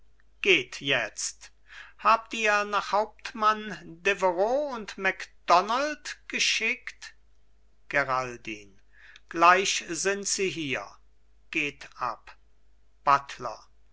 geht jezt habt ihr nach hauptmann deveroux und macdonald geschickt geraldin gleich sind sie hier geht ab buttler